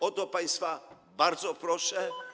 O to państwa bardzo proszę.